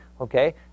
Okay